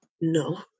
No